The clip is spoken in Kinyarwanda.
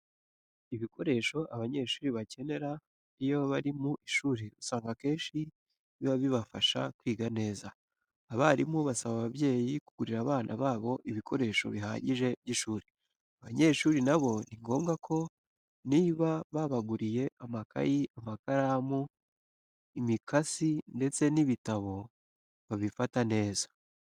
Ibikoresho abanyeshuri bakenera iyo bari mu ishuri usanga akenshi biba bibafasha kwiga neza. Abarimu basaba ababyeyi kugurira abana babo ibikoresho bihagije by'ishuri. Abanyeshuri na bo ni ngombwa ko niba babaguriye amakayi, amakaramu, imikasi ndetse n'ibitabo babifata neza.